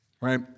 right